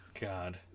God